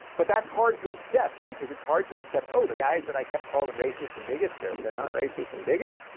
but that's hard to accept because it's hard to accept, oh, the guys that i kept calling and racists and bigots, they're they're not racists and bigots.